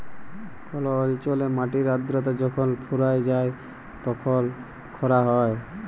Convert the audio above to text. call অল্চলে মাটির আদ্রতা যখল ফুরাঁয় যায় তখল খরা হ্যয়